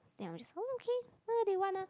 then I was just okay know they wanna